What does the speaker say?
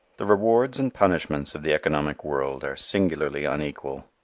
the rewards and punishments of the economic world are singularly unequal.